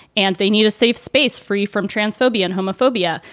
and they need a safe space free from transphobia and homophobia.